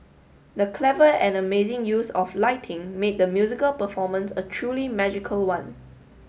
the clever and amazing use of lighting made the musical performance a truly magical one